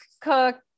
cook